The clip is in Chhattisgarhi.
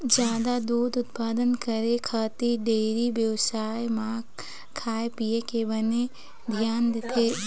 जादा दूद उत्पादन करे खातिर डेयरी बेवसाय म खाए पिए के बने धियान देथे